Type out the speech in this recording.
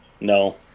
no